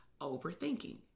Overthinking